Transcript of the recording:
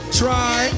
try